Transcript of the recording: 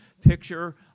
picture